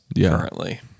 currently